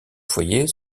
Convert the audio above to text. foyer